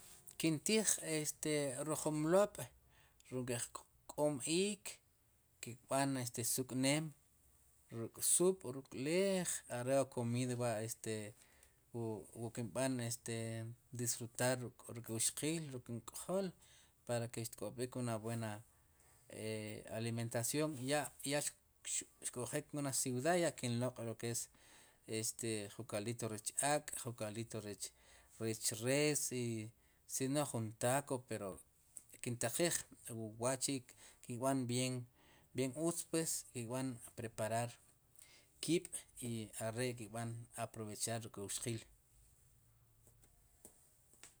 Kintij ri jun mlob' ru'k nk'ej jk'om iik ke kb'an suk' neem ruk' sub' ruk'leej are' komiid wa wu kinb'an este disfrutar ruk' wxqiil ruk'nk'jol para ke xtk'ob'ik una buena alimentación ya, yax xkuj eek en una ciudad ya kin loq' lo ke es jun kaldit rech ak' jun kaldito rech res i sino jun tako kintaqiij wa'chi' kb'an bien utz pues kbán preparar kiib' i are' kb'an aprovechar wxqiil.